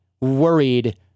worried